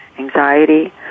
Anxiety